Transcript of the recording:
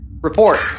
report